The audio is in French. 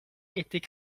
était